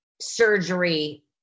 surgery